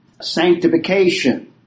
sanctification